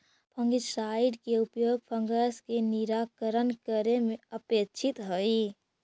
fungicide के उपयोग fungus के निराकरण करे में अपेक्षित हई